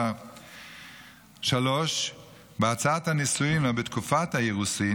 3. בהצעת הנישואין או בתקופת האירוסין